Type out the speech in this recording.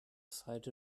seite